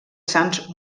sants